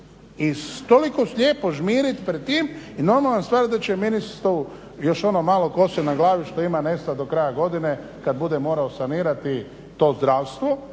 s toliko slijepo žmirit pred tim i normalna stvar da će ministru još ono malo kose na glavi što ima nestat do kraja godine kad bude morao sanirati to zdravstvo